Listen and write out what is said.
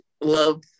love